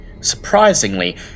Surprisingly